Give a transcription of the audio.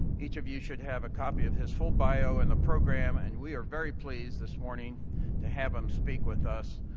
each of you should have a copy of his full bio in and the program and we are very pleased this morning to have um speak with us.